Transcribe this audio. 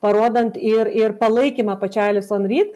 parodant ir ir palaikymą pačiai alis onryt